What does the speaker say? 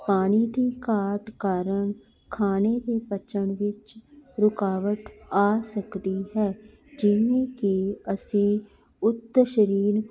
ਪਾਣੀ ਦੀ ਘਾਟ ਕਾਰਨ ਖਾਣੇ ਦੇ ਪਚਣ ਵਿੱਚ ਰੁਕਾਵਟ ਆ ਸਕਦੀ ਹੈ ਜਿਵੇਂ ਕੀ ਅਸੀਂ ਉਤ ਸ਼ਰੀਰ